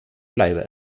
bleibe